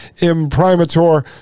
imprimatur